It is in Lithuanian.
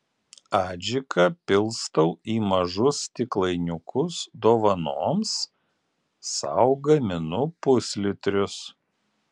adžiką pilstau į mažus stiklainiukus dovanoms sau gaminu puslitrius